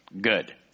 good